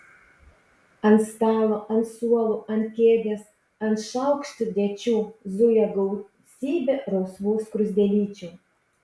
ant stalo ant suolų ant kėdės ant šaukštdėčių zuja gausybė rausvų skruzdėlyčių